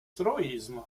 truizm